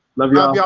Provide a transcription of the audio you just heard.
love love y'all.